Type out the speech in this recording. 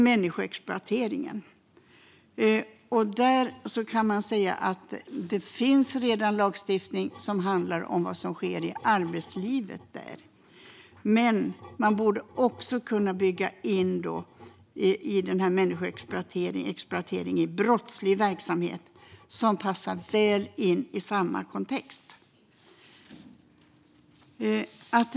Det finns redan lagstiftning som handlar om vad som sker vid människoexploatering i arbetslivet, men man borde också kunna bygga in det i området brottslig verksamhet, vilket passar väl in i samma kontext.